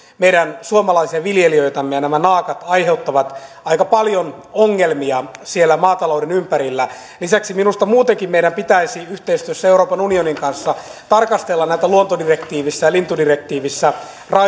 suomalaisia viljelijöitä ja nämä naakat aiheuttavat aika paljon ongelmia siellä maatalouden ympärillä lisäksi minusta muutenkin meidän pitäisi yhteistyössä euroopan unionin kanssa tarkastella näiden luontodirektiivissä ja lintudirektiivissä